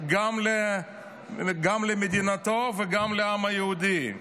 גם למדינתו וגם לעם היהודי.